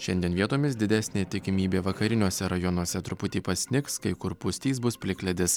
šiandien vietomis didesnė tikimybė vakariniuose rajonuose truputį pasnigs kai kur pustys bus plikledis